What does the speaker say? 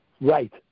Right